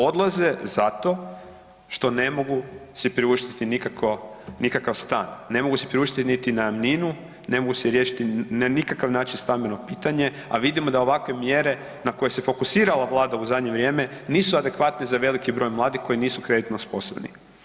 Odlaze zato što ne mogu si priuštiti nikakav stan, ne mogu si priuštiti niti najamninu, ne mogu si riješiti na nikakav način stambeno pitanje, a vidimo da ovakve mjere na koje se fokusirala Vlada u zadnje vrijeme, nisu adekvatne za veliki broj mladih koji nisu kreditno sposobni.